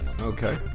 Okay